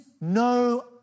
no